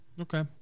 Okay